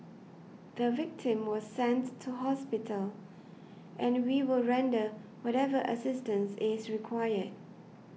the victim was sent to hospital and we will render whatever assistance is required